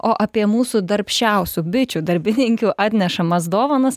o apie mūsų darbščiausių bičių darbininkių atnešamas dovanas